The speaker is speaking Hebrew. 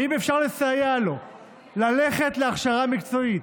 ואם אפשר לסייע לו ללכת להכשרה מקצועית,